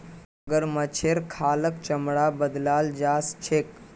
मगरमच्छेर खालक चमड़ात बदलाल जा छेक